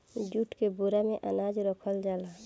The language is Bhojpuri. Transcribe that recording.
जूट के बोरा में अनाज रखल जाला